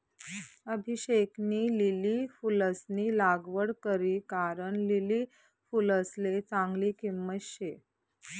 अभिषेकनी लिली फुलंसनी लागवड करी कारण लिली फुलसले चांगली किंमत शे